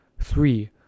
Three